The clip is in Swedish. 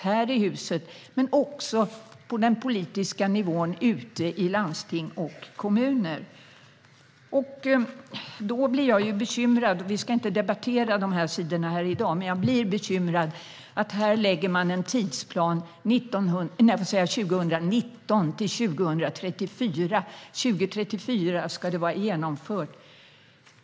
Det gäller också på de politiska nivåerna ute i landsting och kommuner. Vi ska inte debattera alla dessa sidor i dag, men jag blir bekymrad över tidsplanen 2019-2034. År 2034 ska förslaget vara genomfört.